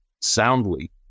soundly